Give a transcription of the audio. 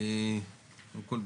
קודם כול,